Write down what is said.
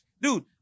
Dude